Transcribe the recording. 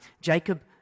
Jacob